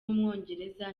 w’umwongereza